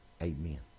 Amen